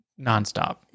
nonstop